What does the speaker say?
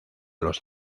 los